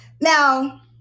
Now